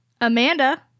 Amanda